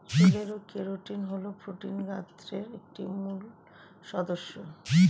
চুলের কেরাটিন হল প্রোটিন গোত্রের একটি মূল সদস্য